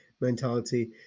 mentality